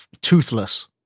toothless